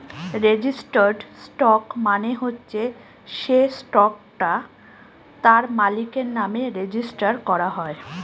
registered stock মানে হচ্ছে সে স্টকটা তার মালিকের নামে রেজিস্টার করা হয়